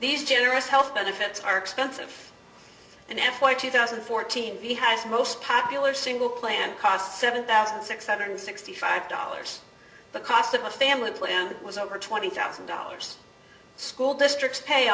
these generous health benefits are expensive in f y two thousand and fourteen he has the most popular single plan cost seven thousand six hundred sixty five dollars the cost of a family plan was over twenty thousand dollars school districts pay